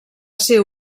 ser